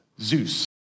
Zeus